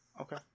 Okay